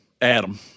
Adam